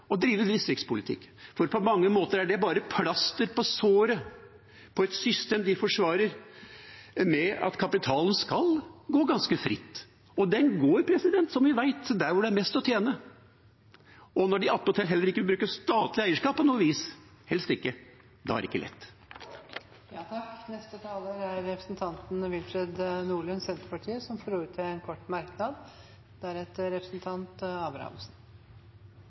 å drive distriktspolitikk, for på mange måter er det bare et plaster på såret på et system de forsvarer, der kapitalen skal gå ganske fritt. Og den går, som vi vet, der det er mest å tjene. Og når de attpåtil heller ikke vil bruke statlig eierskap på noe vis – helst ikke – er det ikke lett. Representanten Willfred Nordlund har hatt ordet to ganger og får ordet til en kort merknad,